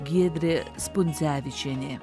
giedrė spundzevičienė